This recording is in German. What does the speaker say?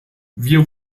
wir